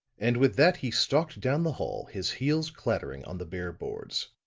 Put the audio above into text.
and with that he stalked down the hall, his heels clattering on the bare boards.